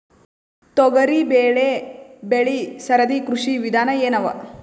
ತೊಗರಿಬೇಳೆ ಬೆಳಿ ಸರದಿ ಕೃಷಿ ವಿಧಾನ ಎನವ?